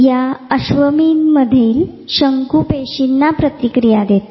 या अश्वमीनमधील शंकूपेशींना प्रतिक्रिया देतात